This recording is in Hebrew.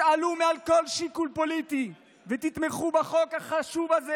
התעלו מעל כל שיקול פוליטי ותתמכו בחוק החשוב הזה,